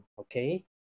Okay